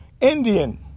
Indian